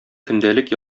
көндәлек